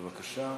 בבקשה.